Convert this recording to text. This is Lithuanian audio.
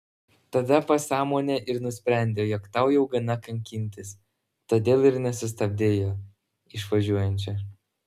tada pasąmonė ir nusprendė jog tau jau gana kankintis todėl ir nesustabdei jo išvažiuojančio